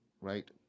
right